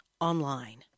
online